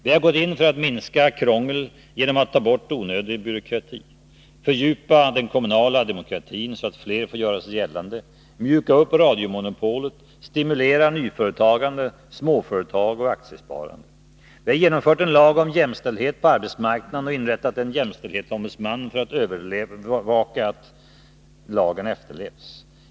Vi har gått in för att minska krångel genom att ta bort onödig byråkrati, fördjupa den kommunala demokratin så att fler får göra sig gällande, mjuka upp radiomonopolet, stimulera nyföretagande, småföretag och aktiesparande. Vi har genomfört en lag om jämställdhet på arbetsmarknaden och inrättat en jämställdhetsombudsman för att övervaka att lagen efterlevs.